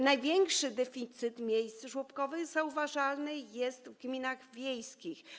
Największy deficyt miejsc żłobkowych zauważalny jest w gminach wiejskich.